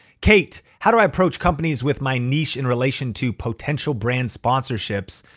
kate, how do i approach companies with my niche in relation to potential brand sponsorships?